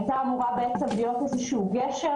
הייתה אמורה להיות איזשהו גשר